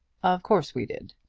of course we did.